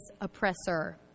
oppressor